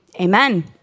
amen